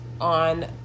on